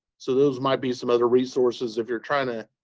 so those might be some other resources, if you're trying to